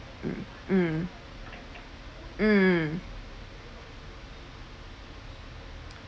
mm mm mm